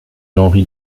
henri